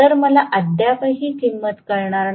तर मला अद्याप ही किंमत मिळणार नाही